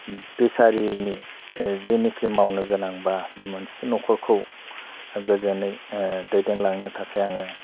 फिसारिनि जेनिखि मावनो गोनां बा मोनसे न'खरखौ गोजोनै दैदेनलांनो थाखाय आङो